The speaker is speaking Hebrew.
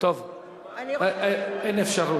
אין אפשרות.